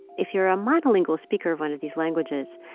if you're a monolingual speaker of one of these languages,